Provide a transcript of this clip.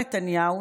נתניהו,